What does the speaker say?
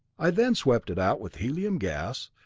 i then swept it out with helium gas.